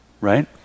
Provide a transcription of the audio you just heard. right